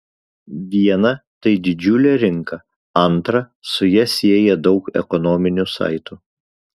viena tai didžiulė rinka antra su ja sieja daug ekonominių saitų